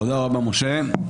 תודה רבה, משה.